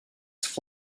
flight